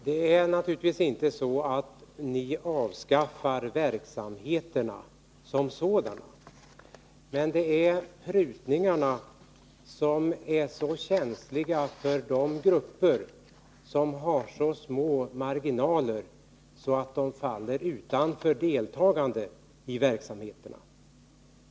Herr talman! Naturligtvis avskaffar ni inte verksamheterna som sådana, men prutningarna är mycket kännbara för de grupper som har så små marginaler att de faller utanför deltagande i verksamheterna.